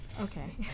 okay